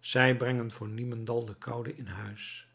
zij brengen voor niemendal de koude in huis